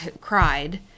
cried